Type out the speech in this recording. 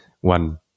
one